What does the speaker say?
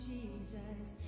Jesus